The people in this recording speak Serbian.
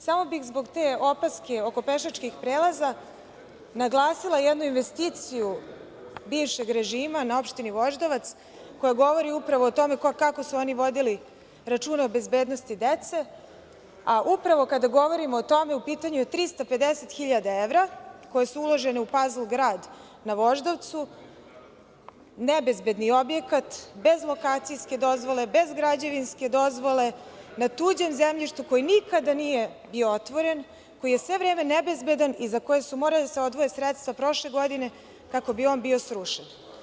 Samo bih zbog te opaske oko pešačkih prelaza naglasila jednu investiciju bivšeg režima na opštini Voždovac koja govori upravo o tome kako su oni vodili računa o bezbednosti dece, a upravo kada govorimo o tome u pitanju je 350.000 evra koje su uložene u „Pazl grad“ na Voždovcu, nebezbedni objekat, bez lokacijske dozvole, bez građevinske dozvole, na tuđem zemljištu koji nikada nije otvoren, koji je sve vreme nebezbedan i za koji su morala da se odvoje sredstva prošle godine kako bi on bio srušen.